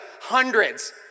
hundreds